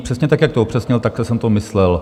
Přesně tak, jak to upřesnil, takhle jsem to myslel.